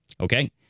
okay